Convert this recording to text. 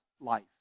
life